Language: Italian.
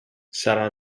sarà